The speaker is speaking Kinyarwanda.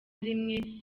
rimwe